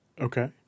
Okay